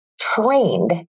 trained